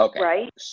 right